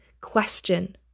question